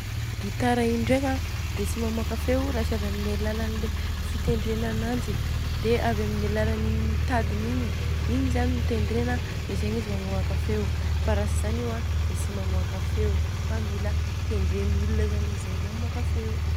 Kitara io ndreka an dia tsy mamoaka feo io raha tsy avy amin'ny alalan'ny le fitendrena ananjy dia avy amin'ny alalan'ny tadiny igny. Igny zany tendrena dia zegny izy vô mamoaka feo. Fa raha tsy zany io a dia tsy mamoaka feo fa mila tendren'olona zany izy vao mamoaka feo.